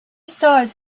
stars